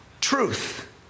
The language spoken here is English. truth